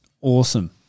awesome